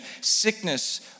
sickness